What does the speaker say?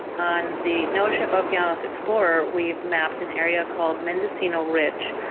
on the noaa ship okeanos explorer we mapped an area called mendocino ridge,